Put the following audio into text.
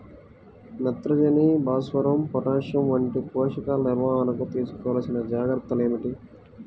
నత్రజని, భాస్వరం, పొటాష్ వంటి పోషకాల నిర్వహణకు తీసుకోవలసిన జాగ్రత్తలు ఏమిటీ?